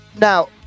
Now